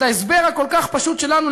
את ההסבר הכל-כך פשוט שלנו,